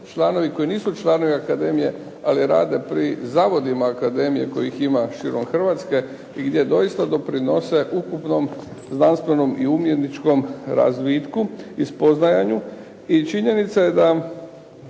članovi koji nisu članovi akademije ali rade pri zavodima akademije kojih ima širom Hrvatske i gdje doista doprinose ukupnom znanstvenom i umjetničkom razvitku i spoznajanju. I činjenica je da